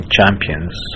champions